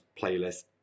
playlist